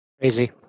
Crazy